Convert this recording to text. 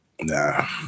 Nah